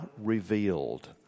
Revealed